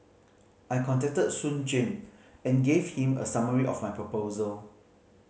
I contacted Soon Juan and gave him a summary of my proposal